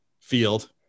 field